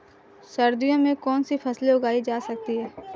सर्दियों में कौनसी फसलें उगाई जा सकती हैं?